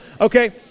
okay